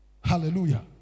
Hallelujah